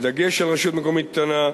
בדגש על רשות מקומית קטנה,